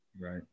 right